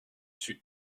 suis